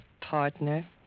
partner